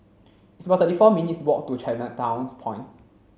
it's about thirty four minutes' walk to Chinatown Point